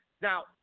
Now